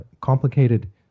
complicated